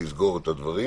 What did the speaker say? לסגור את הדברים